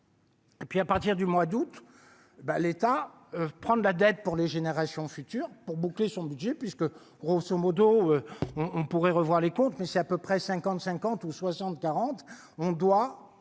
Et puis, à partir du mois d'août ben l'état prend de la dette pour les générations futures pour boucler son budget, puisque grosso modo on on pourrait revoir les comptes, mais c'est à peu près 50 50 ou 60 40, on doit